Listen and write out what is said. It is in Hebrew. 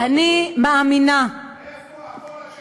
אני מאמינה, איפה החור התקציבי?